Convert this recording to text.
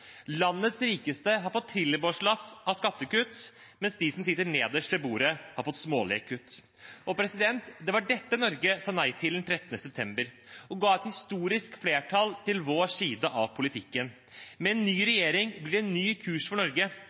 Landets rikeste har fått trillebårlass av skattekutt, mens de som sitter nederst ved bordet, har fått smålige kutt. Det var dette Norge sa nei til den 13. september ved å gi et historisk flertall til vår side av politikken. Med ny regjering blir det en ny kurs for Norge,